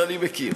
אבל אני מכיר.